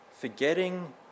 Forgetting